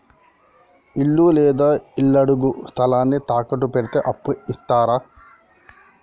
ఇల్లు లేదా ఇళ్లడుగు స్థలాన్ని తాకట్టు పెడితే అప్పు ఇత్తరా?